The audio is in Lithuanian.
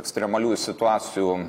ekstremaliųjų situacijų